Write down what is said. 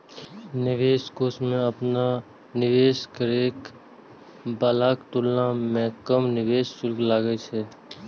निवेश कोष मे अपना सं निवेश करै बलाक तुलना मे कम निवेश शुल्क लागै छै